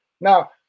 Now